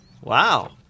Wow